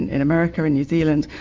in in america, in new zealand,